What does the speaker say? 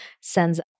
sends